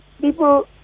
people